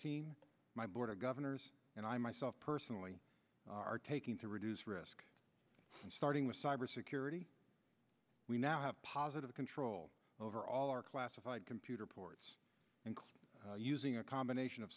team my board of governors and i myself personally are taking to reduce risk starting with cyber security we now have positive control over all our classified computer ports including using a combination of